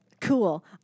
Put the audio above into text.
Cool